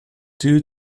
due